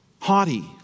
Haughty